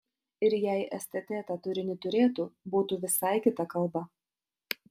ir jei stt tą turinį turėtų būtų visai kita kalba